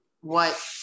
what-